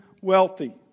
wealthy